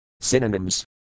Synonyms